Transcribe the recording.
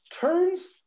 turns